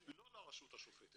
לא לרשות השופטת.